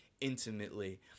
intimately